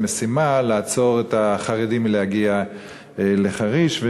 משימה לעצור את החרדים מלהגיע לחריש,